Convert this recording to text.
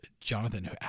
Jonathan